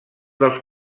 dels